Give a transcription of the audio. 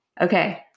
Okay